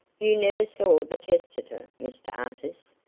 you never saw the testator, mr artis?